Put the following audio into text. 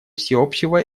всеобщего